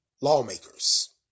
lawmakers